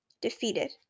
defeated